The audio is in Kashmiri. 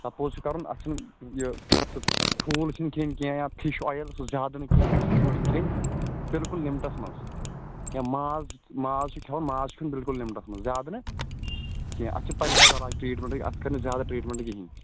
سَپوز چھُ کَرُن اَتھ چھُنہٕ یہِ سُہ ٹھوٗل چھِنہٕ کھیٚنۍ کینٛہہ یا فِش اویِل سُہ زیادٕ نہٕ کینٛہہ ایٚکسَس منٛز چھِنہٕ کھیٚنۍ بِلکُل لِمٹَس منٛز یا ماز ماز چھُ کھٮ۪وان ماز چھُنہٕ بِلکُل لِمٹَس منٛز زیادٕ نہٕ کیٚنٛہہ اَتھ چھِ پرِہِیٚزعِلاج ٹرٛیٖٹمٮ۪نٛٹٕے اَتھ کٔر نہٕ زیادٕ ٹرٛیٖٹمٮ۪نٛٹ کِہیٖنۍ